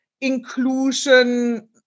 inclusion